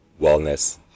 Wellness